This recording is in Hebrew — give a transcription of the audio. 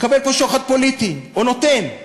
מקבל פה שוחד פוליטי, או נותן.